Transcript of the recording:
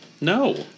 No